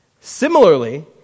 Similarly